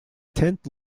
tenth